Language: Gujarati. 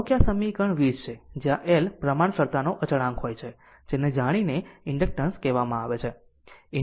કહો કે આ સમીકરણ 20 છે જ્યાં L પ્રમાણસરતાનો અચળાંક હોય છે જેને આ જાણીને ઇન્ડક્ટન્સ કહેવામાં આવે છે